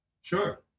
Sure